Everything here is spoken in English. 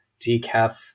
decaf